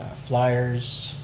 flyers,